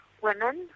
women